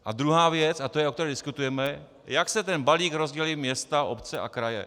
A druhá věc, a to je, o které diskutujeme, jak si ten balík rozdělí města, obce a kraje.